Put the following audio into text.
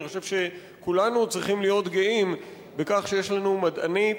אני חושב שכולנו צריכים להיות גאים בכך שיש לנו מדענית,